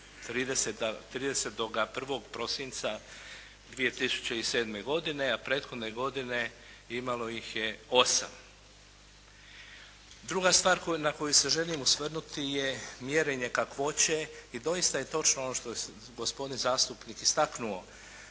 31. prosinca 2007. godine a prethodne godine imalo ih je osam. Druga stvar na koju se želim osvrnuti je mjerenje kakvoće i doista je točno ono što je gospodin zastupnik istaknuo